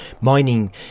Mining